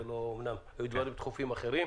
וזה לא עלה בגלל דברים דחופים אחרים.